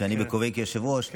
שאני בכובעי כיושב-ראש,